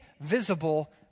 visible